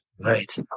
Right